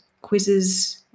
Quizzes